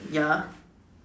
ya